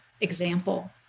example